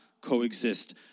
coexist